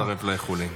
מצטרף, מצטרף לאיחולים.